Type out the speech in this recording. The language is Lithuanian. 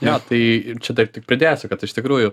jo tai ir čia dar tik pridėsiu kad iš tikrųjų